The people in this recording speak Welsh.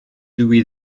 dwi